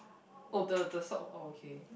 oh the the sock oh okay